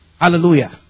Hallelujah